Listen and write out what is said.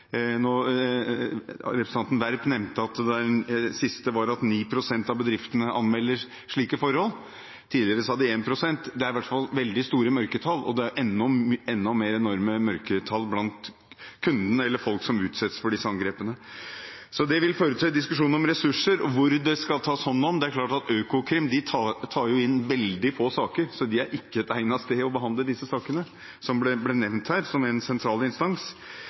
Representanten Werp nevnte at det siste var at 9 pst. av bedriftene anmelder slike forhold, tidligere sa de 1 pst. Det er i hvert fall veldig store mørketall, og det er enda mer enorme mørketall blant kundene, folk som utsettes for disse angrepene. Så det vil føre til diskusjon om ressurser og hvor det skal tas hånd om. Økokrim – som ble nevnt her som en sentral instans – tar inn veldig få saker, så det er ikke et egnet sted å behandle disse sakene.